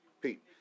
Pete